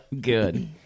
good